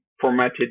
formatted